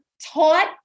taught